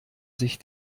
sich